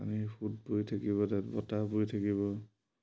পানীৰ সোত বৈ থাকিব তাত বতাহ বৈ থাকিব